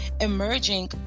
emerging